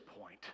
point